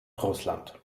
russland